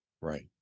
Right